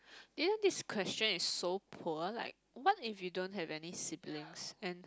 isn't this question is so poor like what if you don't have any siblings and